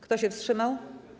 Kto się wstrzymał?